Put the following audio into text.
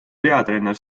peatreener